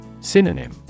Synonym